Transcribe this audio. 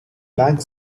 bank